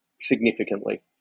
significantly